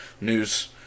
news